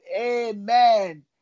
Amen